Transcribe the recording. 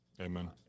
Amen